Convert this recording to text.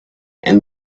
and